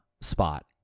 spot